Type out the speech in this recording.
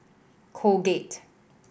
Colgate